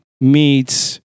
meets